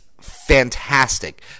fantastic